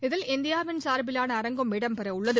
இதில் இந்தியாவின் சார்பிலான அரங்கும் இடம்பெற உள்ளது